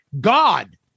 God